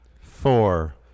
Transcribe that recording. four